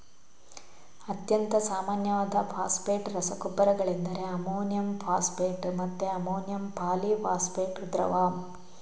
ಅತ್ಯಂತ ಸಾಮಾನ್ಯವಾದ ಫಾಸ್ಫೇಟ್ ರಸಗೊಬ್ಬರಗಳೆಂದರೆ ಅಮೋನಿಯಂ ಫಾಸ್ಫೇಟ್ ಮತ್ತೆ ಅಮೋನಿಯಂ ಪಾಲಿ ಫಾಸ್ಫೇಟ್ ದ್ರವ